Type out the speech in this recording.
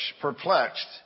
perplexed